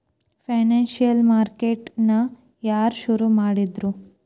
Financial market ನ ಯಾರ್ ಶುರುಮಾಡಿದ್ರು?